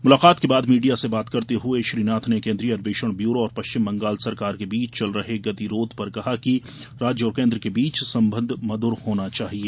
मुलाकात के बाद मीडिया से बात करते हुए श्री नाथ ने केन्द्रीय अन्वेषण ब्यूरो और पश्चिम बंगाल सरकार के बीच चल रहे गतिरोध पर कहा कि राज्य और केन्द्र के बीच संबंध मंध्र होना चाहिये